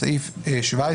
בסעיף 17